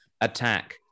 Attack